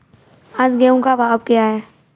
आज गेहूँ का भाव क्या है?